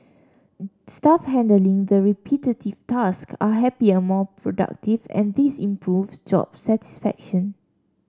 staff handling the repetitive task are happier more productive and this improves job satisfaction